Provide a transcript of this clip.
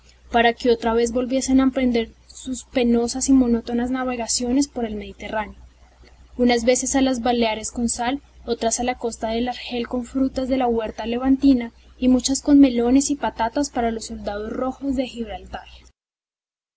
para que otra vez volviesen a emprender sus penosas y monótonas navegaciones por el mediterráneo unas veces a las baleares con sal otras a la costa de argel con frutas de la huerta levantina y muchas con melones y patatas para los soldados rojos de gibraltar